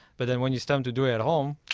but and when it's time to do it at home,